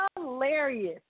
Hilarious